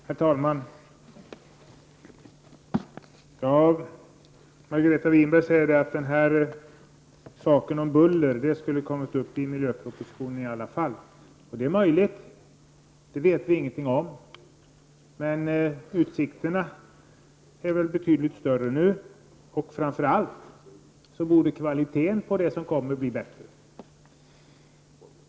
Herr talman! Margareta Winberg säger att bullerfrågorna ändå skulle ha tagits upp i miljöpropositionen. Det är möjligt, det vet vi ingenting om. Men utsikterna är väl betydligt större nu, och framför allt borde kvaliteten på den proposition som läggs fram bli bättre.